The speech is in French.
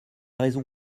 raison